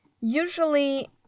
Usually